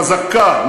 חזקה,